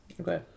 okay